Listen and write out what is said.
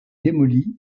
démoli